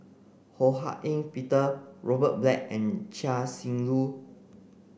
Ho Hak Ean Peter Robert Black and Chia Shi Lu